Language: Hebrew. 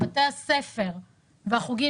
בתי הספר והחוגים,